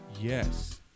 Yes